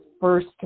first